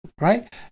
right